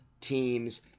teams